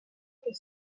que